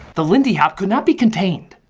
the lindy hop could not be contained.